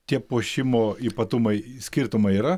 tie puošimo ypatumai skirtumai yra